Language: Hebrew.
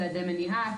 צעדי מניעה,